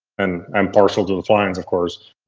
and i'm partial to the fly-ins of course,